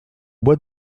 bois